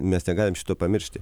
mes negalim šito pamiršti